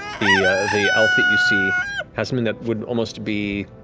the the elf that you see has something that would almost be